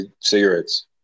cigarettes